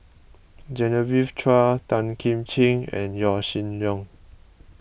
Genevieve Chua Tan Kim Ching and Yaw Shin Leong